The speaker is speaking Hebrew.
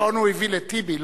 שעון הוא הביא לטיבי,